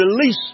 release